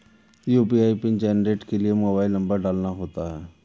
UPI PIN generate के लिए mobile number डालना होता है